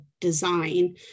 design